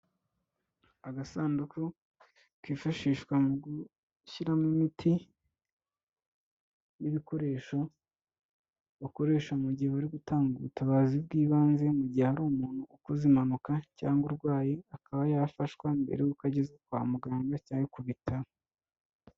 Agasanduku kifashishwa mu gushyiramo imiti n'ibikoresho bakoresha mu gihe bari gutanga ubutabazi bw'ibanze, mu gihe hari umuntu ukoze impanuka cyangwa urwaye akaba yafashwa mbere y'uko agezwa kwa muganga cyangwa ku bitaro.